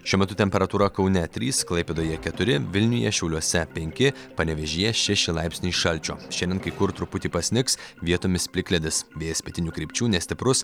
šiuo metu temperatūra kaune trys klaipėdoje keturi vilniuje šiauliuose penki panevėžyje šeši laipsniai šalčio šiandien kai kur truputį pasnigs vietomis plikledis vėjas pietinių krypčių nestiprus